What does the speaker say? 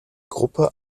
gruppe